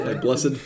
blessed